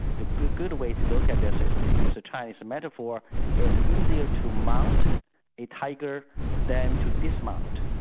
the good good way to look at this is to use a chinese metaphor it's easier to mount a tiger than to dismount.